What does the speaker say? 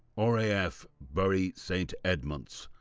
ah raf bury saint edmunds,